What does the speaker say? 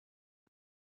its